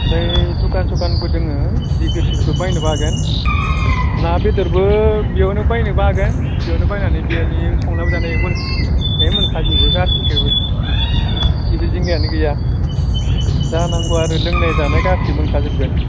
बै दुखान सुखानबो दोङो जि गोसो बिखो बायनोबो हागोन ना बेदरबो बेयावनो बायनोबो हागोन बेयावनो बायनानै बेयावनो संनाबो जानो हायो है मोनखाजोबो गासिखोबो जेबो जिंगायानो गैया जानांगौ आरो लोंनाय जानाय गासिबो मोनखाजोबगोन